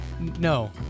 No